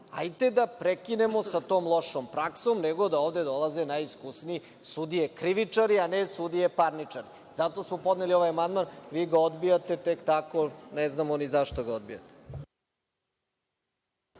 Hajde, da prekinemo sa tom lošom praksom, nego da ovde dolaze najiskusnije sudije, krivičari, a ne sudije parničari. Zato smo podneli ovaj amandman, a vi ga odbijate tek tako, ne znamo ni zašto ga odbijate.